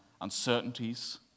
uncertainties